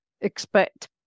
expect